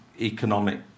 economic